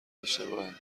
اشتباهه